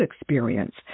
experience